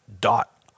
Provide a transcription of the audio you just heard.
dot